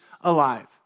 alive